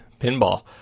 pinball